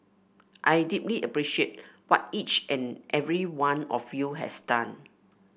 I deeply appreciate what each and every one of you has done